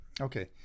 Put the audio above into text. Okay